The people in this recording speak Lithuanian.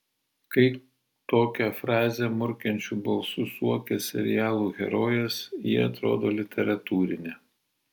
kai tokią frazę murkiančiu balsu suokia serialų herojės ji atrodo literatūrinė